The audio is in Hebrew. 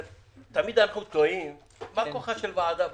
תמיד אנחנו תוהים מה כוחה של ועדה בכנסת.